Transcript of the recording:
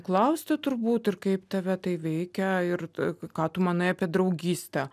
klausti turbūt ir kaip tave tai veikia ir ką tu manai apie draugystę